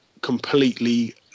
completely